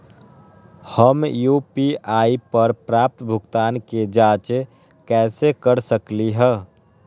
हम यू.पी.आई पर प्राप्त भुगतान के जाँच कैसे कर सकली ह?